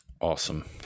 awesome